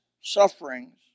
sufferings